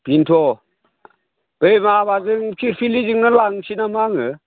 बेनोथ' बे माबाजों फिलफिलिजोंनो लांनोसै नामा आङो